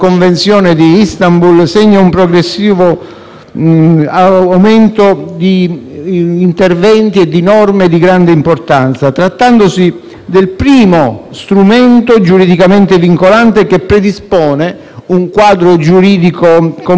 aumento di interventi e norme di grande importanza, trattandosi del primo strumento giuridicamente vincolante che predispone un quadro giuridico completo di protezione contro le violenze.